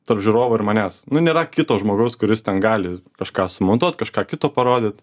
tarp žiūrovų ir manęs nu nėra kito žmogaus kuris ten gali kažką sumontuot kažką kito parodyt